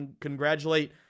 congratulate